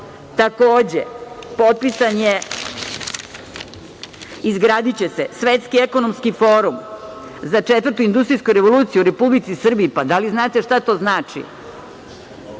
svakom koraku. Takođe, izgradiće se Svetski ekonomski forum za četvrtu industrijsku revoluciju u Republici Srbiji. Da li znate šta to znači?